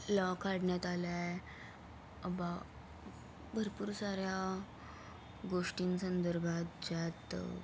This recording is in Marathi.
लॉ काढण्यात आला आहे अब भरपूर साऱ्या गोष्टींसंदर्भात ज्यात